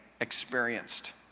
experienced